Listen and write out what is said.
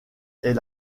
est